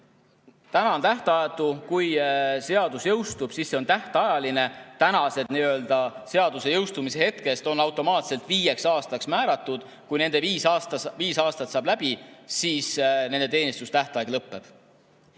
Täna on tähtajatu, kui seadus jõustub, siis on tähtajaline. Seaduse jõustumise hetkest on need automaatselt viieks aastaks määratud. Kui viis aastat saab läbi, siis nende teenistustähtaeg lõpeb.